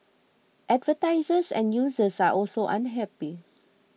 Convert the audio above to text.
advertisers and users are also unhappy